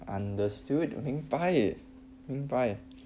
understood 明白